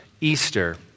Easter